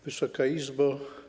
Wysoka Izbo!